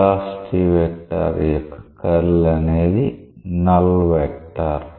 velocity vector యొక్క curl అనేది null vector